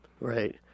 Right